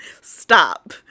stop